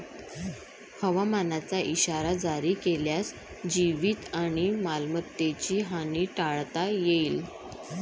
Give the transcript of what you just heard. हवामानाचा इशारा जारी केल्यास जीवित आणि मालमत्तेची हानी टाळता येईल